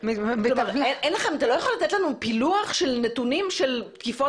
אתה לא יכול לתת לנו פילוח נתונים של תקיפות